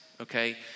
okay